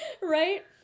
Right